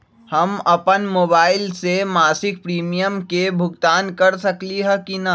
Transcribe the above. हम अपन मोबाइल से मासिक प्रीमियम के भुगतान कर सकली ह की न?